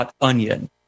.onion